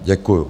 Děkuju.